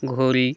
ঘড়ি